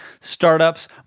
startups